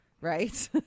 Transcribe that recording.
Right